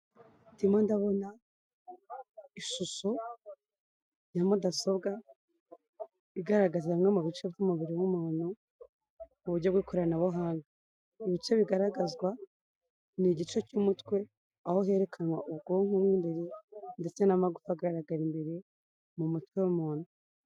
Ndimo ndabona ishusho ya mudasobwa igaragaza bimwe mu bice by'umubiri w'umuntu mu buryo bw'ikoranabuhanga. Ibice bigaragazwa ni igice cy'umutwe aho herekanwa ubwonko mo imbere ndetse n'amagufa agaragara imbere mu mutwe w'umuntu.